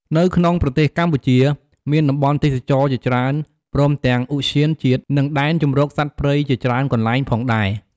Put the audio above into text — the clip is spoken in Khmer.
នៅក្នុងប្រទេសកម្ពុជាមានតំបន់់ទេសចរណ៏ជាច្រើនព្រមទាំងឧទ្យានជាតិ និងដែនជម្រកសត្វព្រៃជាច្រើនកន្លែងផងដែរ។